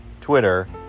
Twitter